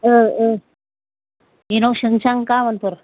ओ ओ बेनाव सोंसां गाबोनफोर